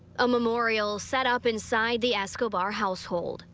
a memorial set up inside the escobar household.